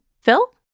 Phil